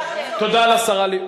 תודה לשרה לבנת.